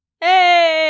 Hey